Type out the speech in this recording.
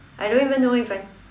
I don't even know if I